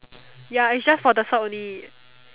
ya is just for the start only